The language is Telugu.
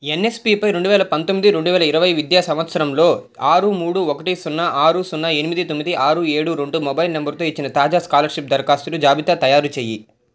ఎన్ఎస్పిపై రెండు వేల పంతొమ్మిది రెండువేల ఇరవై విద్యా సంవత్సరంలో ఆరు మూడు ఒకటి సున్నా ఆరు సున్నా ఎనిమిది తొమ్మిది ఆరు ఏడు రెండు మొబైల్ నంబరుతో ఇచ్చిన తాజా స్కాలర్షిప్ దరఖాస్తుల జాబితా తయారుచేయి